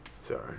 Sorry